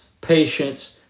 patience